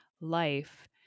life